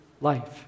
life